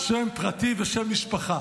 " שם פרטי ושם משפחה,